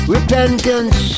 Repentance